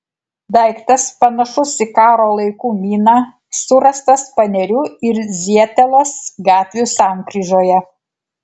daiktas panašus į karo laikų miną surastas panerių ir zietelos gatvių sankryžoje